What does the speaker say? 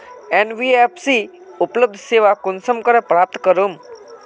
NBFC उपलब्ध सेवा कुंसम करे प्राप्त करूम?